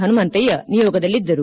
Hanumanthaiah ನಿಯೋಗದಲ್ಲಿದ್ದರು